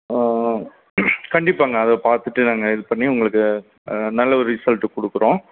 கண்டிப்பாங்க அதை பார்த்துட்டு நாங்கள் இது பண்ணி உங்களுக்கு நல்ல ஒரு ரிசல்ட்டு கொடுக்கறோம்